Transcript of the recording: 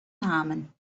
namen